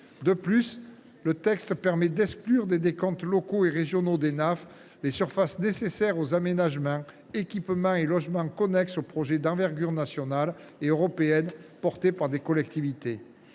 De plus, le texte permet d’exclure des décomptes locaux et régionaux d’Enaf les surfaces nécessaires aux aménagements, équipements et logements connexes aux projets d’envergure nationale et européenne portés par des collectivités.